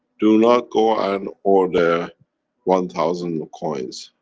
do not go and order one thousand coins.